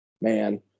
man